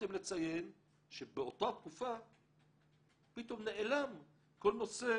שכחתם לציין שבאותה תקופה פתאום נעלם כל נושא